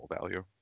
value